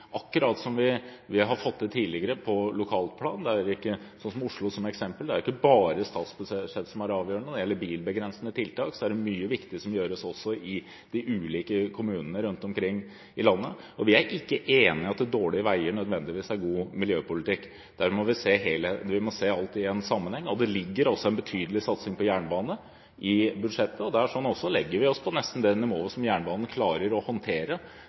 akkurat som vi har fått det til tidligere, på lokalt plan, med Oslo som eksempel. Det er ikke bare statsbudsjettet som er avgjørende. Når det gjelder bilbegrensende tiltak, er det mye viktig som gjøres også i de ulike kommunene rundt omkring i landet. Vi er ikke enig i at dårlige veier nødvendigvis er god miljøpolitikk – vi må se alt i en sammenheng. Det ligger også en betydelig satsing på jernbane i budsjettet. Også der legger vi oss på nesten det nivået som jernbanen klarer å håndtere